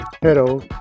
Hello